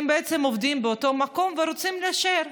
הם בעצם עובדים באותו מקום ורוצים להישאר,